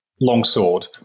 longsword